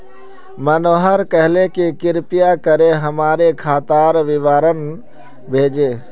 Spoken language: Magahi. मनोहर कहले कि कृपया करे मोर खातार विवरण भेज